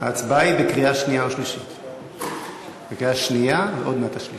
ההצבעה היא בקריאה שנייה, ועוד מעט תהיה